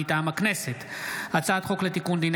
מטעם הכנסת: הצעת חוק לתיקון דיני